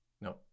No